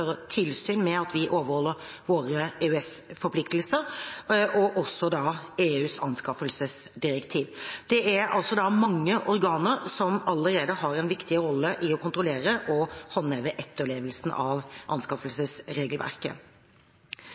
tilsyn med at vi overholder våre EØS-forpliktelser, og også EUs anskaffelsesdirektiv. Det er altså mange organer som allerede har en viktig rolle i å kontrollere og håndheve etterlevelsen av anskaffelsesregelverket.